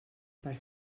per